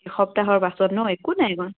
এসপ্তাহৰ পাছত ন একো নাই